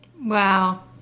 Wow